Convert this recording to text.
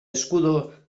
escudo